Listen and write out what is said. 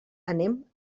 anem